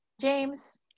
James